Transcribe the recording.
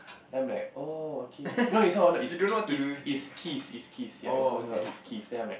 then I'm like oh okay no it's not wallet it it it's key it's keys ya then I'm like